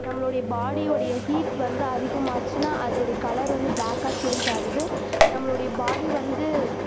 நம்மளோடைய பாடிவோடைய ஹீட் வந்து அதிகமாச்சுன்னா அதோடைய கலர் வந்து ப்ளாக்காக சேஞ்ச் ஆகுது நம்மளோடைய பாடி வந்து